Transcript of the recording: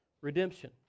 redemption